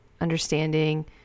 understanding